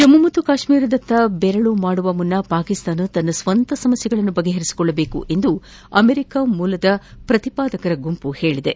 ಜಮ್ಮು ಮತ್ತು ಕಾಶ್ಮೀರದತ್ತ ಬೆರಳು ಮಾಡುವ ಮುನ್ನ ಪಾಕಿಸ್ತಾನ ತನ್ನ ಸ್ವಂತ ಸಮಸ್ಯೆಗಳನ್ನು ಬಗೆಹರಿಸಿಕೊಳ್ಳಬೇಕೆಂದು ಅಮೆರಿಕ ಮೂಲದ ಪ್ರತಿಪಾದಕರ ಗುಂಪು ಹೇಳಿದೆ